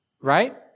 right